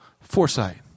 foresight